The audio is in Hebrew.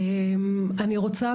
אני רוצה,